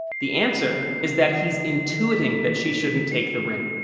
the answer is that he's intuiting that she shouldn't take the ring.